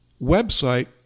website